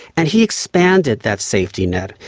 and he expanded that safety net.